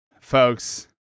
folks